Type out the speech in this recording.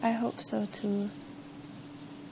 I hope so too